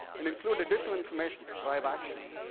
and include additional information to drive action.